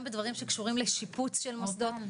גם בדברים שקשורים לשיפוץ של מוסדות,